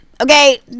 okay